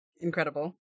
Incredible